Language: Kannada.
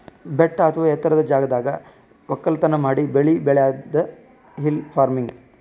ಬೆಟ್ಟ ಅಥವಾ ಎತ್ತರದ್ ಜಾಗದಾಗ್ ವಕ್ಕಲತನ್ ಮಾಡಿ ಬೆಳಿ ಬೆಳ್ಯಾದೆ ಹಿಲ್ ಫಾರ್ಮಿನ್ಗ್